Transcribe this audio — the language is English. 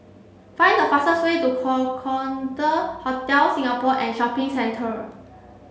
find the fastest way to Hotel Singapore and Shopping Centre